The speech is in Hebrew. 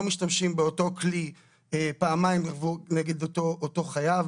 לא משתמשים באותו כלי פעמיים נגד אותו חייב,